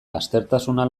lastertasuna